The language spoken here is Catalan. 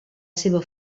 seva